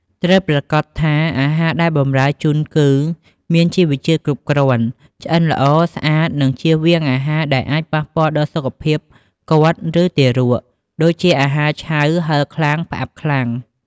ត្រូវប្រាកដថាអាហារដែលបម្រើជូនគឺមានជីវជាតិគ្រប់គ្រាន់ ឆ្អិនល្អ ស្អាត និងជៀសវាងអាហារណាដែលអាចប៉ះពាល់ដល់សុខភាពគាត់ ឬទារក ដូចជាអាហារឆៅ ហឹរខ្លាំង ផ្អាប់ខ្លាំង។